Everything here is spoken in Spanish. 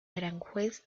aranjuez